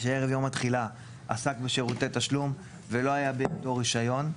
שעבר יום התחילה עסק בשירותי תשלום ולא היה בידו רישיון,